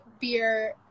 beer